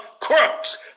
crooks